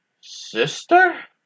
Sister